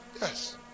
yes